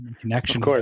connection